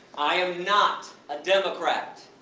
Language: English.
i am not a democrat,